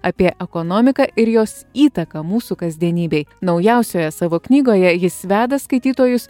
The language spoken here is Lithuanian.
apie ekonomiką ir jos įtaką mūsų kasdienybei naujausioje savo knygoje jis veda skaitytojus